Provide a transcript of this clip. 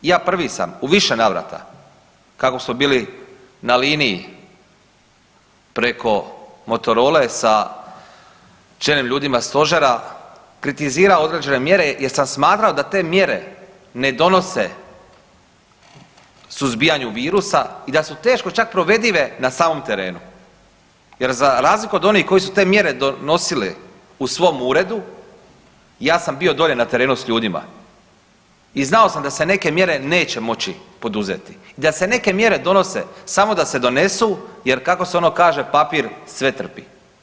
Ja prvi sam u više navrata kako smo bili na liniji preko motorole sa čelnim ljudima stožera kritizirao određene mjere jer sam smatrao da te mjere ne donose suzbijanju virusa i da su teško čak provedive na samom terenu jer za razliku od onih koji su te mjere donosili u svom uredu ja sam bio dolje na terenu s ljudima i znao sam da se neke mjere neće moći poduzeti i da se neke mjere donose samo da se donesu jer kako se ono kaže papir sve trpi.